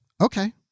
okay